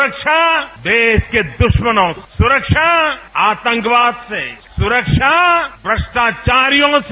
सुरक्षा देश के दुश्मनों से सुरक्षा आतंकवाद से सुरक्षा भ्रष्टाचारियों से